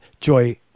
Joy